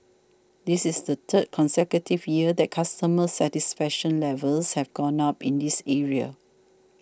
this is the third consecutive year that customer satisfaction levels have gone up in this area